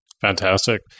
fantastic